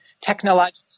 technological